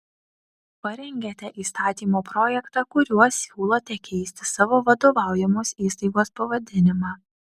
parengėte įstatymo projektą kuriuo siūlote keisti savo vadovaujamos įstaigos pavadinimą